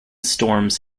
storms